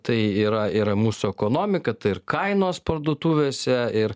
tai yra ir mūsų ekonomika tai ir kainos parduotuvėse ir